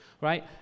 right